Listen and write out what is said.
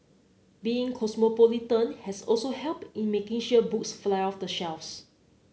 being cosmopolitan has also helped in making sure books fly off the shelves